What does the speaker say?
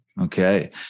Okay